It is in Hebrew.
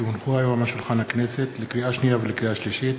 כי הונחו היום על שולחן הכנסת לקריאה שנייה ולקריאה שלישית: